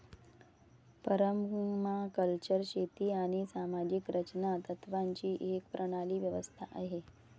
permaculture शेती आणि सामाजिक रचना तत्त्वांची एक प्रणाली व्यवस्था आहे